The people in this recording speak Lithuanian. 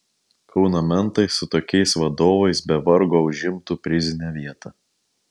kauno mentai su tokiais vadovais be vargo užimtų prizinę vietą